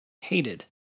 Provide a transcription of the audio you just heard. hated